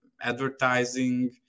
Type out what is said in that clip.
advertising